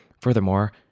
Furthermore